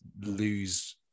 lose